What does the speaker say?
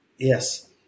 Yes